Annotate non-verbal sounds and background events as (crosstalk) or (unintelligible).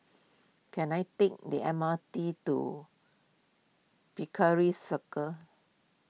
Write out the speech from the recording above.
can I take the M R T to (unintelligible) Circus